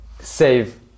save